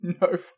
No